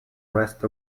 rest